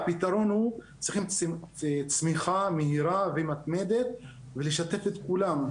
הפתרון הוא צריכים צמיחה מהירה ומתמדת ולשתף את כולם.